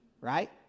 right